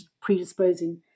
predisposing